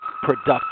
productive